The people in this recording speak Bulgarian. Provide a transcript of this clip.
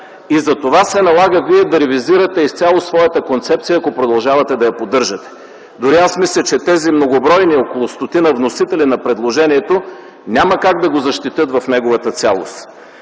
и затова се налага вие да ревизирате изцяло своята концепция, ако продължавате да я поддържате. Аз мисля, че тези многобройни, около стотина вносители на предложението, няма как да го защитят в неговата цялост.